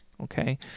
Okay